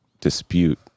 dispute